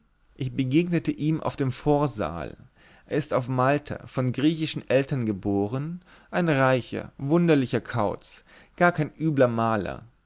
ich begegnete ihm auf dem vorsaal er ist auf malta von griechischen eltern geboren ein reicher wunderlicher kauz gar kein übler maler